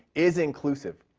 is inclusive.